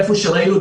איפה שראינו,